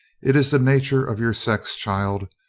it is the nature of your sex, child,